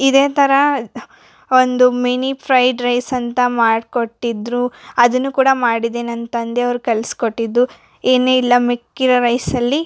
ಇದೇ ಥರ ಒಂದು ಮಿನಿ ಫ್ರೈಡ್ ರೈಸ್ ಅಂತ ಮಾಡ್ಕೊಟ್ಟಿದ್ದರು ಅದನ್ನು ಕೂಡ ಮಾಡಿದ್ದೆ ನನ್ನ ತಂದೆಯವರು ಕಲ್ಸ್ಕೊಟ್ಟಿದ್ದು ಏನು ಇಲ್ಲ ಮಿಕ್ಕಿರೋ ರೈಸಲ್ಲಿ